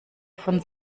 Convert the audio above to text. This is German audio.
von